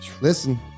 Listen